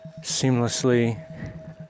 seamlessly